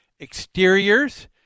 Exteriors